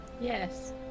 Yes